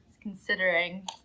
considering